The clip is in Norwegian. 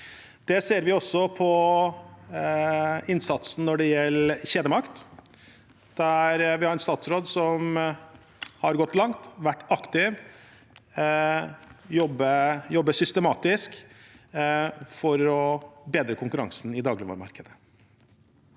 Det ser vi også på innsatsen når det gjelder kjedemakt, der vi har en statsråd som har gått langt og vært aktiv, og som jobber systematisk for å bedre konkurransen i dagligvaremarkedet.